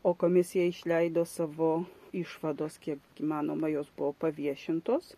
o komisija išleido savo išvados kiek įmanoma jos buvo paviešintos